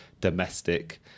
domestic